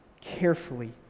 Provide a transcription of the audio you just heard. carefully